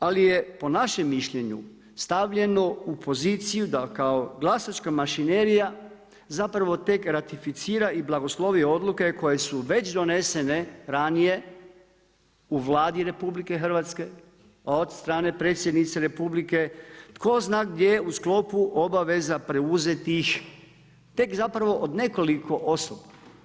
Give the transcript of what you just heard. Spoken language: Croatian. Ali je po našem mišljenju stavljeno u poziciju da kao glasačka mašinerija zapravo tek ratificira i blagoslovi odluke koje su već donesene ranije u Vladi RH od strane Predsjednice Republike tko zna gdje u sklopu obaveza preuzetih tek zapravo od nekoliko osoba.